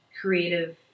creative